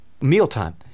mealtime